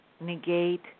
negate